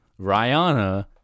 Rihanna